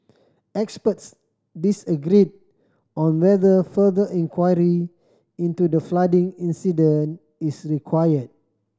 experts disagreed on whether further inquiry into the flooding incident is required